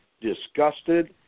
disgusted